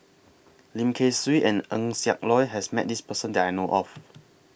Lim Kay Siu and Eng Siak Loy has Met This Person that I know of